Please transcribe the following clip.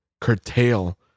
curtail